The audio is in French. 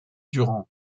durant